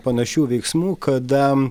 panašių veiksmų kada